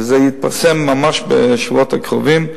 וזה יתפרסם ממש בשבועות הקרובים: